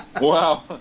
Wow